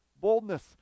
boldness